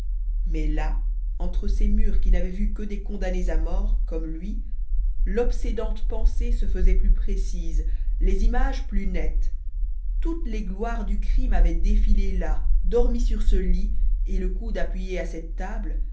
mais là entre ces murs qui n'avaient vu que des condamnés à mort comme lui l'obsédante pensée se faisait plus précise les images plus nettes toutes les gloires du crime avaient défilé là dormi sur ce lit et le coude appuyé à cette table